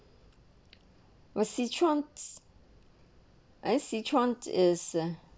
were sichuan eh sichuanis